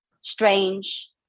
strange